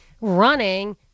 running